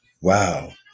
wow